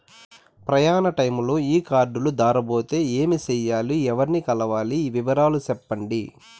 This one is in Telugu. ప్రయాణ టైములో ఈ కార్డులు దారబోతే ఏమి సెయ్యాలి? ఎవర్ని కలవాలి? వివరాలు సెప్పండి?